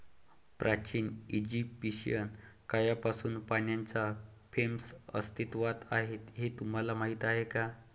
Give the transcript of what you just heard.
प्राचीन इजिप्शियन काळापासून पाण्याच्या फ्रेम्स अस्तित्वात आहेत हे तुम्हाला माहीत आहे का?